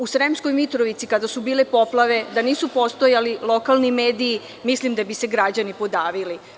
U Sremskoj Mitrovici kada su bile poplave da nisu postojali lokalni mediji mislim da bi se građani podavili.